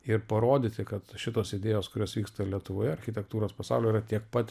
ir parodyti kad šitos idėjos kurios vyksta lietuvoje architektūros pasaulyje yra tiek pat